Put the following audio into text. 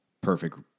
perfect